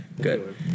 Good